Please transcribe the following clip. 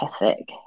ethic